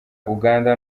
uganda